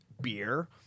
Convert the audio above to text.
beer